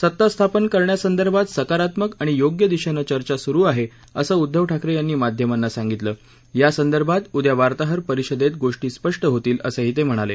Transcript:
सत्ता स्थापन करण्यासंदर्भात सकारात्मक आणि योग्य दिशेनं चर्चा सुरु आहे असं उद्धव ठाकरे यांनी माध्यमांना सांगितलं यासंदर्भात उद्या वार्ताहर परिषदेत स्पष्ट होईल असं ते म्हणाले